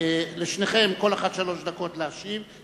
לשניכם כל אחד שלוש דקות להשיב,